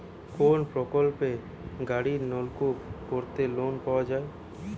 কোন প্রকল্পে গভির নলকুপ করতে লোন পাওয়া য়ায়?